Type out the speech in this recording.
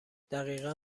دقیقا